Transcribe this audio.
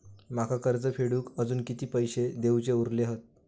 माका कर्ज फेडूक आजुन किती पैशे देऊचे उरले हत?